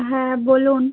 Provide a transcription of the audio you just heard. হ্যাঁ বলুন